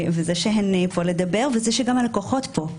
וזה שהן פה לדבר וזה שגם הלקוחות פה,